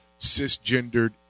cisgendered